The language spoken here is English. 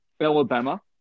Alabama